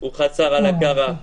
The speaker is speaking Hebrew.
הוא חסר הכרה.